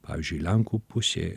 pavyzdžiui lenkų pusė